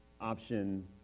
option